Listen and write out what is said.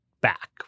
back